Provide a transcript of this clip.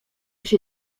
się